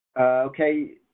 Okay